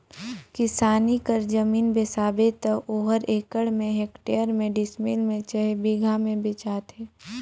किसानी कर जमीन बेसाबे त ओहर एकड़ में, हेक्टेयर में, डिसमिल में चहे बीघा में बेंचाथे